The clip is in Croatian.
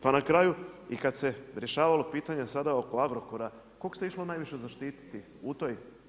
Pa na kraju kada se rješavalo pitanje sada oko Agrokora koga se išlo najviše zaštiti u toj